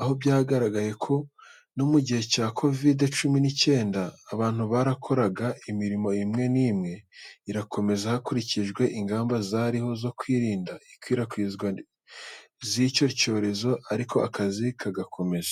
Aho byagaragaye ko no mu gihe cya kovide cumi n'icyenda abantu barakoraga imirimo imwe n'imwe irakomeza hakurikijwe ingamba zariho zo kwirinda ikwirakwizwa z'icyo cyorezo ariko akazi kagakomeza.